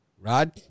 Rod